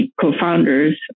co-founders